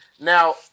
Now